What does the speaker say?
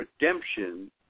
redemption